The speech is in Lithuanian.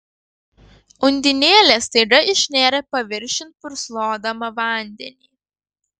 undinėlė staiga išnėrė paviršiun purslodama vandenį